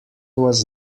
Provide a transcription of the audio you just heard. was